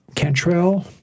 Cantrell